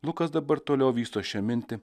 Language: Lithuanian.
lukas dabar toliau vysto šią mintį